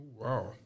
Wow